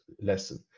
lesson